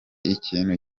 ikintu